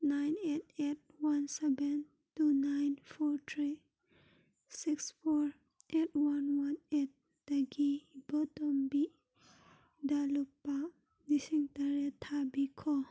nine eight eight one seven two nine four three six four eight one one ꯑꯩꯠꯇꯒꯤ ꯏꯕꯣꯇꯣꯝꯕꯤꯗ ꯂꯨꯄꯥ ꯂꯤꯁꯤꯡ ꯇꯔꯦꯠ ꯊꯥꯕꯤꯈꯣ